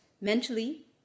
mentally